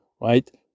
right